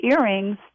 earrings